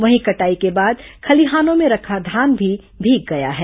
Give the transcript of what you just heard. वहीं कटाई के बाद खलियानों मे रखा धान भी भीग गया है